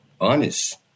honest